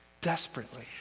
desperately